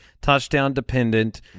touchdown-dependent